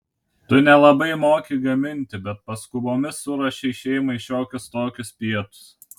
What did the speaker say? tu nelabai moki gaminti bet paskubomis suruošei šeimai šiokius tokius pietus